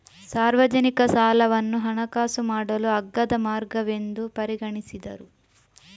ಸಾರ್ವಜನಿಕ ಸಾಲವನ್ನು ಹಣಕಾಸು ಮಾಡಲು ಅಗ್ಗದ ಮಾರ್ಗವೆಂದು ಪರಿಗಣಿಸಿದರು